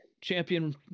champion